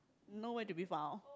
no where to be found